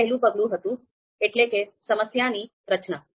આ પહેલું પગલું હતું એટલે કે સમસ્યાની રચના